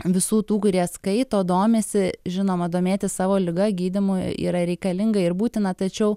visų tų kurie skaito domisi žinoma domėtis savo liga gydymu yra reikalinga ir būtina tačiau